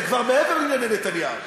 זה כבר מעבר לענייני נתניהו.